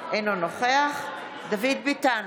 אינו נוכח דוד ביטן,